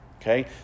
Okay